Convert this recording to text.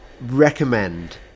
recommend